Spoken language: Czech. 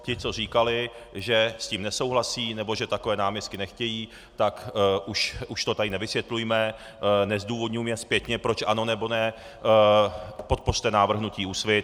Ti, co říkali, že s tím nesouhlasí nebo že takové náměstky nechtějí, tak už to tady nevysvětlujme, nezdůvodňujme zpětně proč ano nebo ne, podpořte návrh hnutí Úsvit.